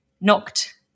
knocked